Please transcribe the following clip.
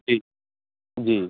जी जी